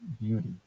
beauty